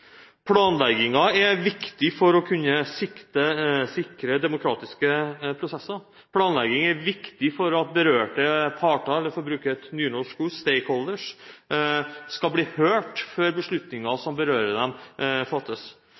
er viktig for å kunne sikre demokratiske prosesser. Planlegging er viktig for at berørte parter – eller for å bruke et «nynorsk» ord «stakeholders» – skal bli hørt før beslutninger som berører dem, fattes.